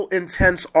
intense